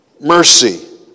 mercy